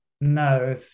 no